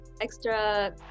extra